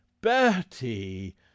bertie